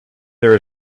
there